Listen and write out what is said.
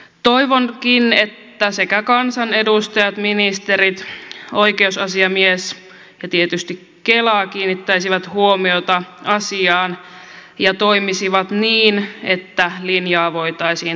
toivonkin että sekä kansanedustajat ministerit oikeusasiamies että tietysti kela kiinnittäisivät huomiota asiaan ja toimisivat niin että linjaa voitaisiin tarkastella